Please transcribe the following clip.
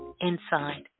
inside